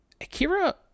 Akira